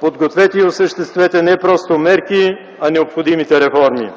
Подгответе и осъществете не просто мерки, а необходимите реформи.